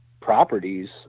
properties